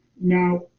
Now